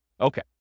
Okay